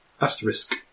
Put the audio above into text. asterisk